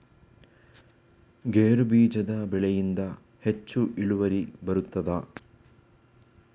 ಗೇರು ಬೀಜದ ಬೆಳೆಯಿಂದ ಹೆಚ್ಚು ಇಳುವರಿ ಬರುತ್ತದಾ?